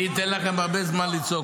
אני אתן לכם הרבה זמן לצעוק.